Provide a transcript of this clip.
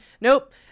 Nope